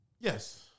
Yes